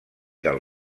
del